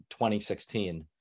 2016